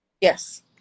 yes